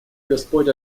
господь